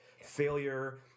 failure